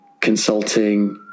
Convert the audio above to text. consulting